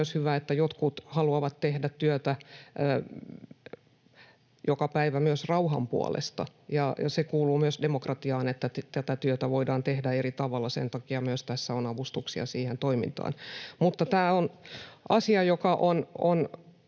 että jotkut haluavat tehdä työtä joka päivä myös rauhan puolesta, ja se kuuluu myös demokratiaan, että tätä työtä voidaan tehdä eri tavalla. Sen takia tässä myös on avustuksia siihen toimintaan. Tämä on asia, joka on